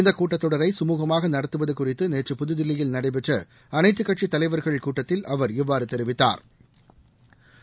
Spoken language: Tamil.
இந்தக் கூட்டத் தொடரை கமூகமாக நடத்துவது குறித்து நேற்று புதுதில்லியில் நடைபெற்ற அனைத்துக் கட்சித் தலைவர்கள் கூட்டத்தில் அவர் இவ்வாறு தெரிவித்தாா்